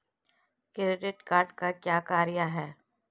Credit card का क्या कार्य है?